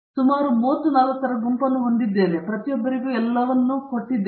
ನಾನು ಸುಮಾರು 30 40 ರ ಗುಂಪನ್ನು ಹೊಂದಿದ್ದೇವೆ ಮತ್ತು ನಾವು ಪ್ರತಿಯೊಬ್ಬರಿಗೂ ಎಲ್ಲವನ್ನೂ ಹೊಂದಿದ್ದೇವೆ